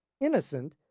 innocent